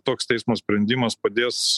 toks teismo sprendimas padės